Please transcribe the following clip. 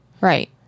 Right